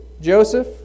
Joseph